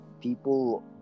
people